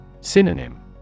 Synonym